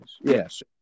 Yes